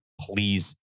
please